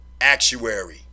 actuary